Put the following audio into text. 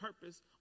purpose